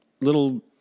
little